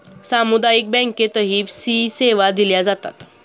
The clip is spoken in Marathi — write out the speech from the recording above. सामुदायिक बँकेतही सी सेवा दिल्या जातात